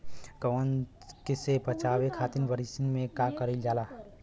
कवक से बचावे खातिन बरसीन मे का करल जाई?